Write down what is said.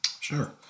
Sure